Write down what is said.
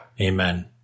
Amen